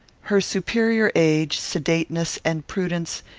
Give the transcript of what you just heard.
her superior age, sedateness, and prudence,